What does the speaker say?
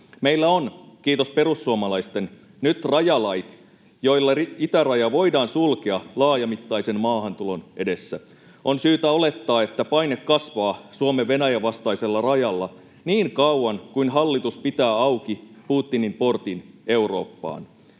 Meillä on, kiitos perussuomalaisten, nyt rajalait, joilla itäraja voidaan sulkea laajamittaisen maahantulon edessä. On syytä olettaa, että paine kasvaa Suomen Venäjän vastaisella rajalla niin kauan kuin hallitus pitää auki Putinin portin Eurooppaan.